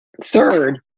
third